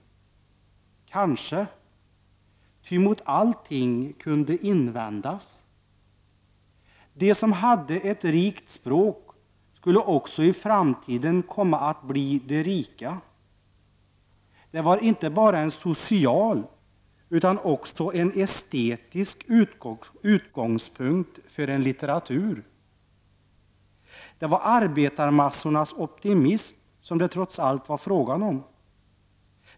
Kanske? Ty mot allting kunde invändas. De som hade ett rikt språk skulle också i framtiden komma att bli de rika. Det var inte bara en social utan också en estetisk utgångspunkt för en littera tur. Det var arbetarmassornas optimism som det trots allt var fråga om.